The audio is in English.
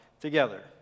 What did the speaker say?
together